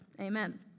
Amen